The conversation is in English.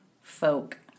folk